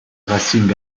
racing